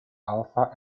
alpha